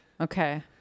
Okay